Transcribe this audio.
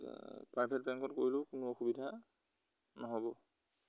এতিয়া প্ৰাইভেট বেংকত কৰিলেও কোনো অসুবিধা নহ'ব